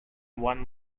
one